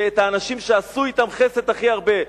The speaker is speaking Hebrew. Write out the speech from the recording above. שאת האנשים שעשו אתם חסד הכי הרבה,